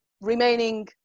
remaining